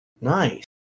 Nice